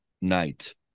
night